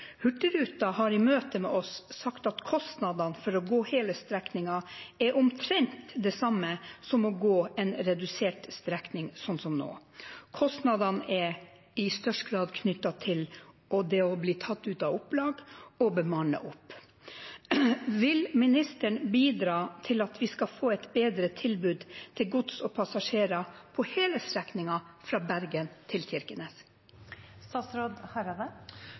har i møte med oss sagt at kostnadene for å gå hele strekningen er omtrent de samme som å gå en redusert strekning, slik som nå. Kostnadene er i størst grad knyttet til det å bli tatt ut av opplag og bemannet opp. Vil ministeren bidra til at vi skal få et bedre tilbud til gods og passasjerer på hele strekningen, fra Bergen til